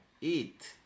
eat